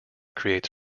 creates